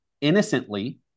innocently